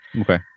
okay